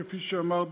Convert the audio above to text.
כפי שאמרת,